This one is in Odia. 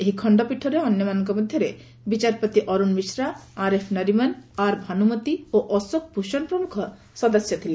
ଏହି ଖଣ୍ଡପୀଠରେ ଅନ୍ୟମାନଙ୍କ ମଧ୍ୟରେ ବିଚାରପତି ଅରୂଣ ମିଶ୍ରା ଆର୍ଏଫ୍ ନରିମନ ଆର୍ ଭାନୁମତି ଓ ଅଶୋକ ଭୂଷଣ ସଦସ୍ୟ ଥିଲେ